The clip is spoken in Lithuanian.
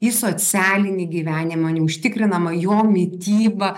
į socialinį gyvenimą neužtikrinama jo mityba